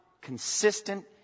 consistent